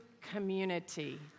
community